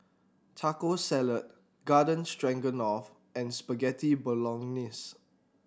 Taco Salad Garden Stroganoff and Spaghetti Bolognese